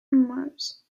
mars